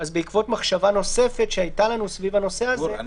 בעקבות מחשבה נוספת שהייתה לנו סביב הנושא הזה --- אני